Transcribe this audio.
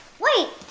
wait!